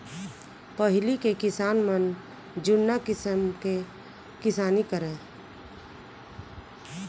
पहिली किसान मन जुन्ना किसम ले किसानी करय